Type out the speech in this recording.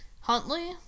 Huntley